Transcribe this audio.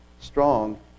strong